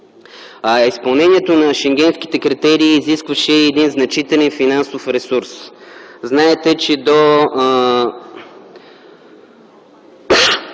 Изпълнението на Шенгенските критерии изискваше и един значителен финансов ресурс. Знаете, че до